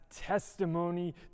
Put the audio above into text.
testimony